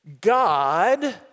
God